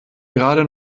gerade